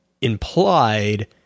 implied